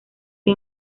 que